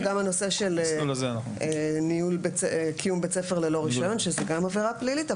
גם הנושא של קיום בית ספר ללא רישיון הוא עבירה פלילית.